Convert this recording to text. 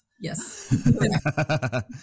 Yes